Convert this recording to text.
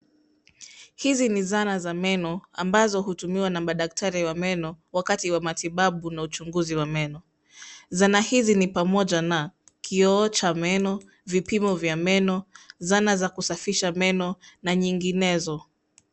Hizi ni zana za meno ambazo hutumiwa na madaktari wa meno wakati wa matibabu na uchunguzi wa meno. Zana hizi ni pamoja na kioo cha meno, vipimo vya meno, zana za kusafisha meno na nyinginezo.